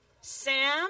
Sam